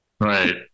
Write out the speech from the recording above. Right